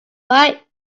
right